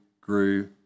grew